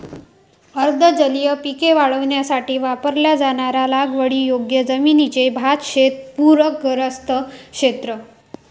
अर्ध जलीय पिके वाढवण्यासाठी वापरल्या जाणाऱ्या लागवडीयोग्य जमिनीचे भातशेत पूरग्रस्त क्षेत्र